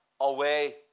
away